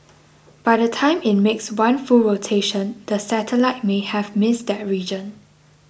by the time it makes one full rotation the satellite may have missed that region